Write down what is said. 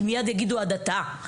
כי מיד יגידו עדתה.